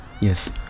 Yes